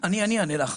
אני אענה לך.